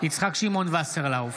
יצחק שמעון וסרלאוף,